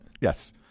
Yes